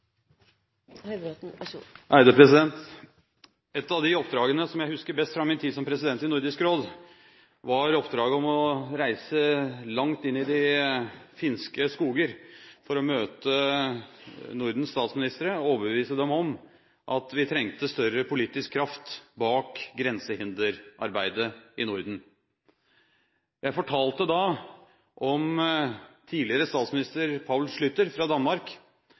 Et av de oppdragene som jeg husker best fra min tid som president i Nordisk råd, var oppdraget om å reise langt inn i de finske skoger for å møte Nordens statsministre og overbevise dem om at vi trengte større politisk kraft bak grensehinderarbeidet i Norden. Jeg fortalte da om tidligere statsminister Poul Schlüter fra Danmark,